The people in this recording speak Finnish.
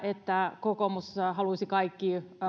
että kokoomus haluaisi kaikki